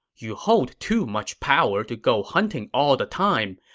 you hold too much power to go hunting all the time.